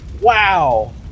Wow